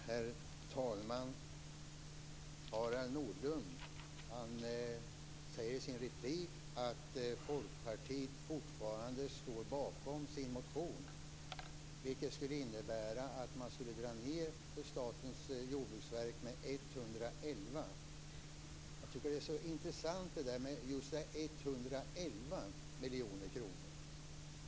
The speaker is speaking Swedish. Herr talman! Harald Nordlund säger i sin replik att Folkpartiet fortfarande står bakom sin motion, vilket skulle innebära att dra ned anslaget med 111 miljoner kronor för Statens jordbruksverk. Det är intressant med 111 miljoner kronor.